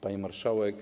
Pani Marszałek!